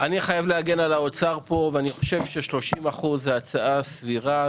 אני חייב להגן על האוצר פה ואני חושב ש-30% זה הצעה סבירה,